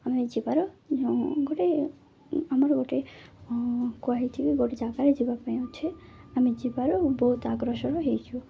ଆମେ ଯିବାର ଗୋଟେ ଆମର ଗୋଟେ ଗୋଟେ ଜାଗାରେ ଯିବା ପାଇଁ ଅଛି ଆମେ ଯିବାରୁ ବହୁତ ଆଗ୍ରସର ହେଇଛୁ